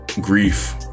Grief